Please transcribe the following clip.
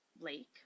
lake